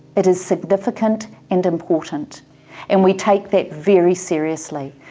it is significant and important and we take that very seriously.